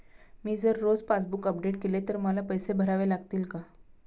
मी जर रोज passbook update केले तर मला पैसे भरावे लागतील का?